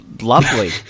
Lovely